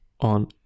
on